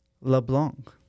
LeBlanc